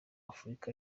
afurika